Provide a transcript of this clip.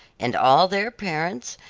and all their parents,